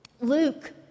Luke